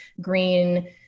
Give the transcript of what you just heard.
green